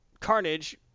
Carnage